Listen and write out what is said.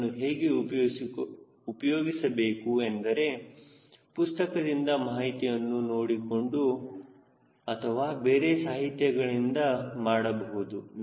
ಅದನ್ನು ಹೇಗೆ ಉಪಯೋಗಿಸಬೇಕು ಎಂದರೆ ಪುಸ್ತಕದಿಂದ ಮಾಹಿತಿಯನ್ನು ನೋಡಿಕೊಂಡು ಅಥವಾ ಬೇರೆ ಸಾಹಿತ್ಯಗಳಿಂದ ಮಾಡಬಹುದು